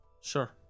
Sure